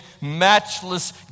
matchless